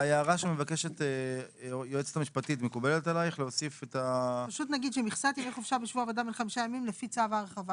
נציין שמכסת ימי החופשה בשבוע עבודה בן חמישה ימים לפי צו ההרחבה.